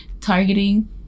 targeting